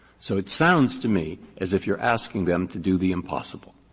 so it sounds to me as if you're asking them to do the impossible,